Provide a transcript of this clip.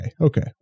okay